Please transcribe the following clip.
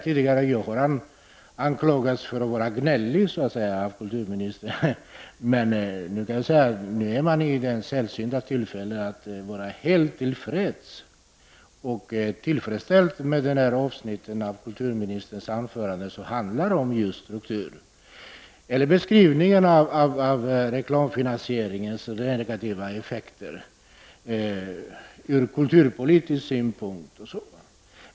Kulturministern har anklagat mig för att vara gnällig, men nu är jag i den sällsynta situationen att vara helt till freds med det avsnitt av kulturministerns anförande som handlar just om kultur, dvs. beskrivningen av reklamfinansieringens negativa effekter ur kulturpolitisk synpunkt.